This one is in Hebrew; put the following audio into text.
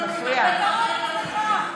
בן-גוריון מתהפך בקבר בגללכם.